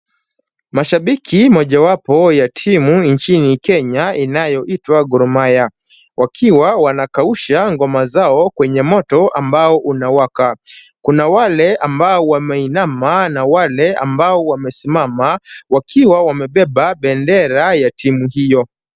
Mashabiki mojawapo ya timu nchini Kenya inayoitwa Gor Mahia wakiwa wanakausha ngoma zao kwenye moto ambao unawaka. Kuna wale ambao wameinama na wale ambao wamesimama, wakiwa wamebeba bendera ya timu hiyo.